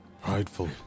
prideful